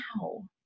Wow